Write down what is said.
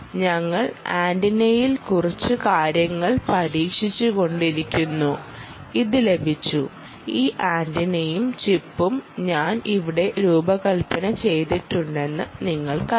ഞങ്ങൾ ആന്റിനയിൽ കുറച്ച് കാര്യങ്ങൾ പരീക്ഷിച്ചു കൊണ്ടിരുന്നു ഇത് ലഭിച്ചു ഈ ആന്റിനയും ചിപ്പും ഞാൻ ഇവിടെ രൂപകൽപ്പന ചെയ്തിട്ടുണ്ടെന്ന് നിങ്ങൾക്കറിയാം